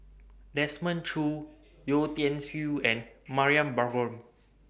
Desmond Choo Yeo Tiam Siew and Mariam Baharom